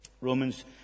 Romans